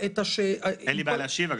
אין לי בעיה להשיב.